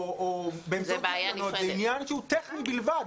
או באמצעות זיכיונות זה עניין טכני בלבד.